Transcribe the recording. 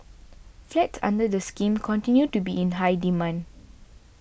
flats under the scheme continue to be in high demand